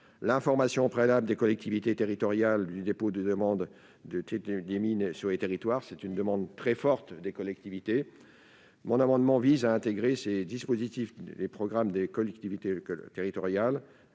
l'information préalable des collectivités territoriales du dépôt d'une demande de titre minier sur leur territoire. Il s'agit d'une demande très forte des collectivités. Mon amendement vise à intégrer à ces dispositifs les groupements de collectivités territoriales,